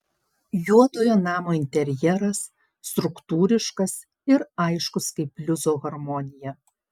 juodojo namo interjeras struktūriškas ir aiškus kaip bliuzo harmonija